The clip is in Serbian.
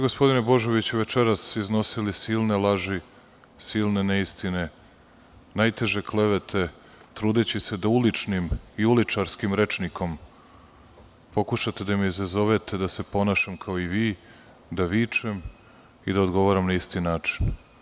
Gospodine Božoviću, večeras ste iznosili silne laži, silne neistine, najteže klevete trudeći se da uličnim i uličarskim rečnikom pokušate da me izazovete, da se ponašam kao i vi, da vičem i da odgovaram na isti način.